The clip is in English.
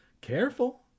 Careful